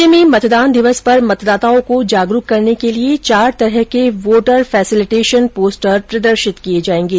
राज्य में मतदान दिवस पर मतदाताओं को जागरूक करने के लिए चार तरह के वोटर फेसिलिटेशन पोस्टर प्रदर्शित किये जायेंगे